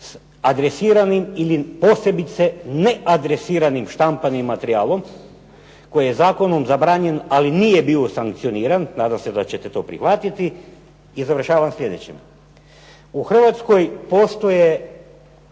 s adresiranim ili posebice neadresiranim štampanim materijalom koji je zakonom zabranjen, ali nije bio sankcioniran, nadam se da ćete to prihvatiti. I završavam sljedećim, u Hrvatskoj postoje